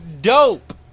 dope